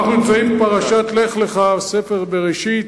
אנחנו נמצאים בפרשת "לך לך", בספר בראשית,